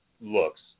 looks